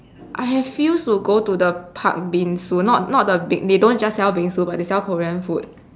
I have used to go to the Patbingsoo not not the big they don't just sell bingsu but they sell korean food